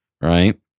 right